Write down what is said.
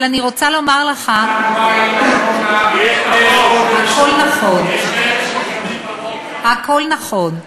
אבל אני רוצה לומר לך, הכול נכון, הכול נכון.